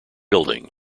building